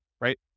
right